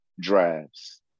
drives